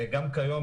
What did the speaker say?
כיום,